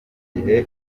igihe